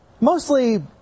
mostly